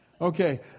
Okay